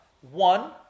one